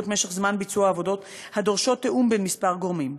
את משך זמן ביצוע העבודות הדורשות תיאום בין כמה גורמים.